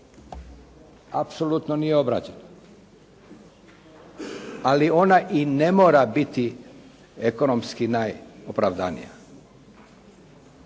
apsolutno nije obrađena, ali ona i ne mora biti ekonomski najopravdanija.